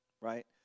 right